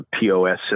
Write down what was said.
POS